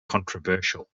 controversial